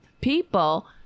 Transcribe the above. people